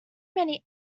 many